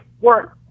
work